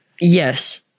yes